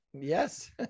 Yes